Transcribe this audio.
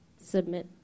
submit